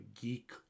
geek